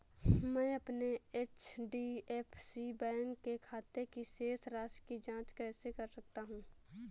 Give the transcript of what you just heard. मैं अपने HDFC bank के खाते की शेष राशि की जाँच कैसे कर सकता हूँ?